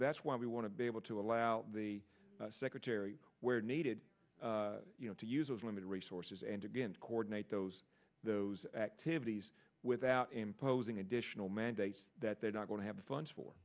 that's why we want to be able to allow the secretary where needed to use of limited resources and again to coordinate those those activities without imposing additional mandates that they're not going to have the funds for